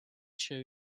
show